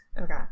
Okay